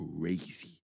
crazy